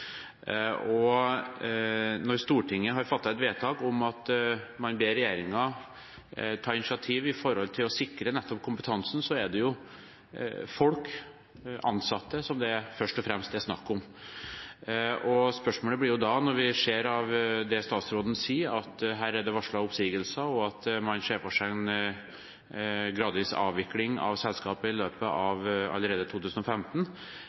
Når Stortinget har fattet et vedtak om at man ber regjeringen ta initiativ for å sikre nettopp kompetansen, er det jo folk – ansatte – det først og fremst er snakk om. Spørsmålet blir da: Når vi ser av det statsråden sier, at det er varslet oppsigelser, og at man ser for seg en gradvis avvikling av selskapet i løpet av allerede 2015,